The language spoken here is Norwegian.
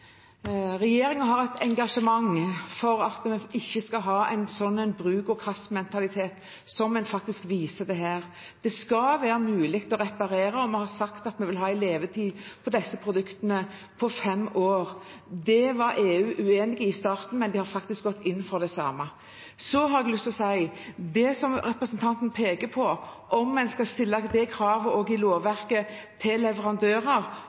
har et engasjement for at vi ikke skal ha en slik bruk-og-kast-mentalitet som en viser til her. Det skal være mulig å reparere, og vi har sagt at vi vil ha en levetid på disse produktene på fem år. Det var EU uenig i i starten, men de har faktisk gått inn for det samme. Så har jeg lyst til å si at det som representanten peker på, om en også i lovverket skal stille det kravet